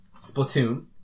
Splatoon